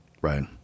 right